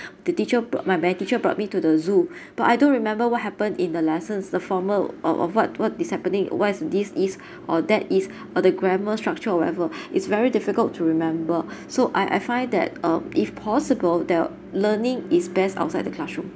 the teacher brought my malay teacher brought me to the zoo but I don't remember what happened in the lessons the formal or or what what is happening why is this is or that is or the grammar structure or whatever it's very difficult to remember so I I find that uh if possible that learning is best outside the classroom